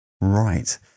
Right